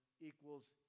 equals